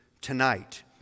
tonight